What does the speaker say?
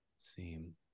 seem